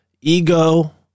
ego